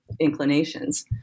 inclinations